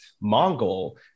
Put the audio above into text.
Mongol